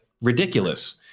ridiculous